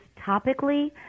topically